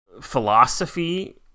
philosophy